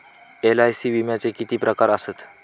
LIC विम्याचे किती प्रकार आसत?